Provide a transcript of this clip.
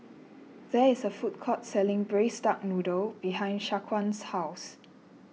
there is a food courts selling Braised Duck Noodle behind Shaquan's house